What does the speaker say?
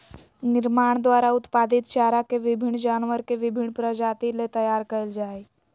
निर्माण द्वारा उत्पादित चारा के विभिन्न जानवर के विभिन्न प्रजाति ले तैयार कइल जा हइ